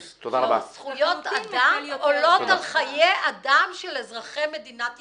זכויות אדם עולות על חיי אדם של אזרחי מדינת ישראל.